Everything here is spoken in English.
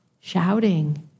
shouting